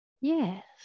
Yes